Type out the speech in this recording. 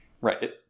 right